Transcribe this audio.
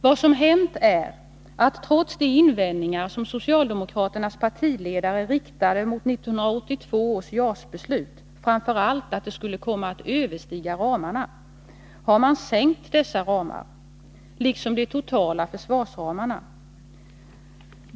Vad som hänt är att trots att de invändningar som socialdemokraternas partiledare riktade mot 1982 års JAS-beslut framför allt gick ut på att detta skulle komma att överstiga ramarna, har man sänkt dessa ramar liksom de totala försvarsramarna.